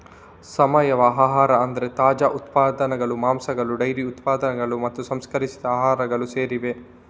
ಸಾವಯವ ಆಹಾರ ಅಂದ್ರೆ ತಾಜಾ ಉತ್ಪನ್ನಗಳು, ಮಾಂಸಗಳು ಡೈರಿ ಉತ್ಪನ್ನಗಳು ಮತ್ತೆ ಸಂಸ್ಕರಿಸಿದ ಆಹಾರಗಳು ಸೇರಿವೆ